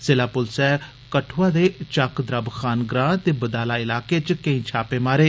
जिला पुलसै कठुआ दे चक्क द्रब खान ग्रां ते बदाला इलाके च केंई छापे मारे